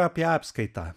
apie apskaitą